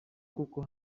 kuko